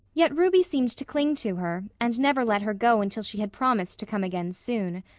yet ruby seemed to cling to her, and never let her go until she had promised to come again soon.